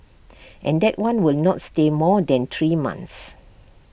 and that one will not stay more than three months